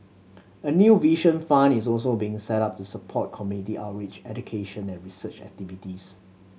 a new Vision Fund is also being set up to support community outreach education and research activities